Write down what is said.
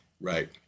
Right